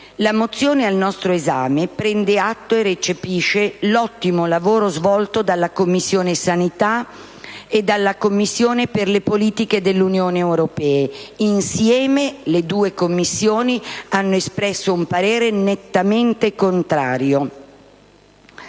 La mozione al nostro esame prende atto e recepisce l'ottimo lavoro svolto dalla Commissione sanità e dalla Commissione per le politiche dell'Unione europea. Entrambe le Commissioni hanno espresso netta contrarietà